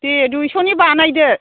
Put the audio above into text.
दे दुइस'नि बानायदो